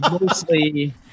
mostly